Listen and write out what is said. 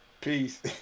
Peace